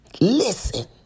Listen